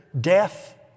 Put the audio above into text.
death